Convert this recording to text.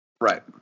Right